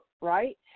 right